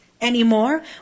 anymore